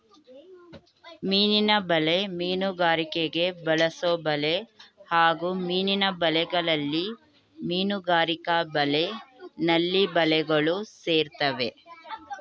ಮೀನಿನ ಬಲೆ ಮೀನುಗಾರಿಕೆಗೆ ಬಳಸೊಬಲೆ ಹಾಗೂ ಮೀನಿನ ಬಲೆಗಳಲ್ಲಿ ಮೀನುಗಾರಿಕಾ ಬಲೆ ನಳ್ಳಿ ಬಲೆಗಳು ಸೇರ್ತವೆ